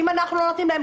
אם אנחנו לא נותנים להם,